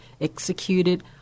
executed